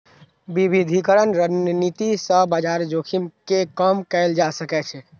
विविधीकरण रणनीति सं बाजार जोखिम कें कम कैल जा सकै छै